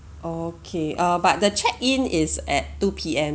okay uh but the check in is at two P_M